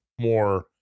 more